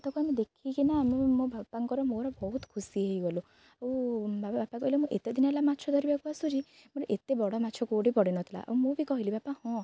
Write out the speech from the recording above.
ତାକୁ ଆମେ ଦେଖିକିନା ଆମେ ମୋ ବାପାଙ୍କର ମୋର ବହୁତ ଖୁସି ହେଇଗଲୁ ଆଉ ବାପା କହିଲେ ମୁଁ ଏତେ ଦିନ ହେଲା ମାଛ ଧରିବାକୁ ଆସୁଛି କିନ୍ତୁ ଏତେ ବଡ଼ ମାଛ କେଉଁଠି ପଡ଼ିନଥିଲା ଆଉ ମୁଁ ବି କହିଲି ବାପା ହଁ